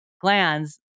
glands